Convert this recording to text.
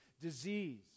disease